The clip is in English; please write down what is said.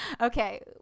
okay